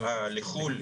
לחו"ל ,